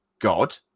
God